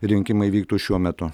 rinkimai vyktų šiuo metu